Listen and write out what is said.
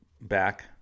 back